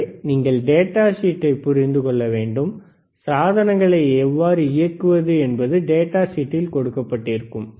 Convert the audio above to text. எனவே நீங்கள் டேட்டா சீட்டை புரிந்து கொள்ள வேண்டும் சாதனங்களை எவ்வாறு இயக்குவது என்பது டேட்டா சீட்டில் கொடுக்கப்பட்டிருக்கும்